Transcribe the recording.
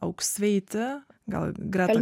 auksveitį gal greta